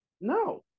no